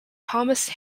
thomas